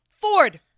Ford